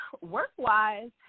Work-wise